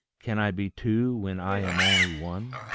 can i be two when i am only one.